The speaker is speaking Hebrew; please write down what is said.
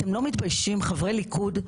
אתם לא מתביישים חברי ליכוד,